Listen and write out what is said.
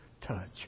touch